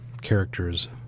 characters